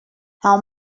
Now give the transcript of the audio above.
how